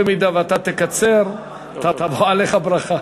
במידה שאתה תקצר, תבוא עליך ברכה.